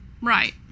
right